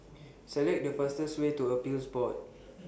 Select The fastest Way to Appeals Board